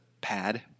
pad